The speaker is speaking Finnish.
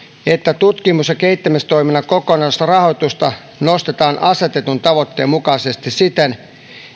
että tutkimus ja kehittämistoiminnan kokonaisrahoitusta nostetaan asetetun tavoitteen mukaisesti siten